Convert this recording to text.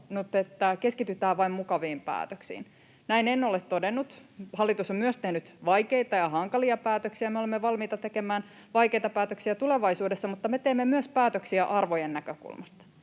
että keskitytään vain mukaviin päätöksiin. Näin en ole todennut. Hallitus on tehnyt myös vaikeita ja hankalia päätöksiä. Me olemme valmiita tekemään vaikeita päätöksiä tulevaisuudessa, mutta me teemme päätöksiä myös arvojen näkökulmasta,